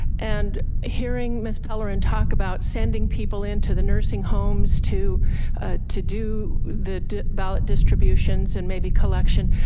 and hearing miss pelerin talk about sending people into the nursing homes to to do the ballot distributions and maybe collection,